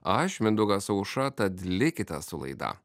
aš mindaugas aušra tad likite su laida